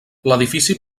l’edifici